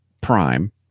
Prime